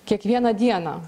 kiekvieną dieną